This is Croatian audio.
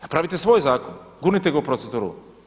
Napravite svoj zakon, gurnite ga u proceduru.